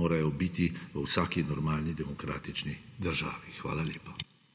morajo biti v vsaki normalni demokratični državi. Hvala lepa.